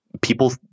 people